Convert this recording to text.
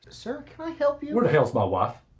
sir can i help you? where the hell is my wife?